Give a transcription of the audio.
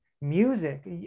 music